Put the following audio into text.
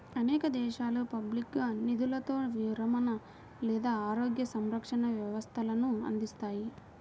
అనేక దేశాలు పబ్లిక్గా నిధులతో విరమణ లేదా ఆరోగ్య సంరక్షణ వ్యవస్థలను అందిస్తాయి